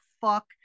fuck